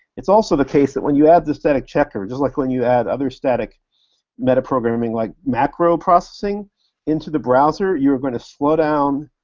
it's also the case that when you add the static checker, just like when you add other static meta programming like macro processing into the browser, you are gonna slow down